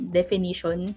definition